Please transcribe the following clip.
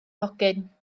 hogyn